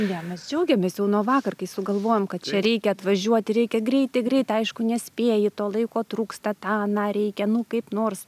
ne mes džiaugiamės jau nuo vakar kai sugalvojom kad čia reikia atvažiuoti reikia greitai greit aišku nespėji to laiko trūksta tą aną reikia nu kaip nors